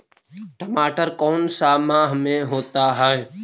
टमाटर कौन सा माह में होता है?